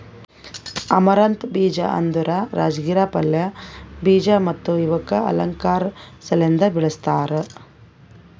amaranth ಬೀಜ ಅಂದುರ್ ರಾಜಗಿರಾ ಪಲ್ಯ, ಬೀಜ ಮತ್ತ ಇವುಕ್ ಅಲಂಕಾರ್ ಸಲೆಂದ್ ಬೆಳಸ್ತಾರ್